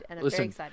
Listen